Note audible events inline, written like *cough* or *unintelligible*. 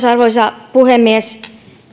*unintelligible* arvoisa puhemies